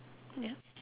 ya